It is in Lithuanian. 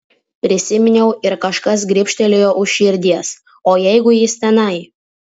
prisiminiau ir kažkas gribštelėjo už širdies o jeigu jis tenai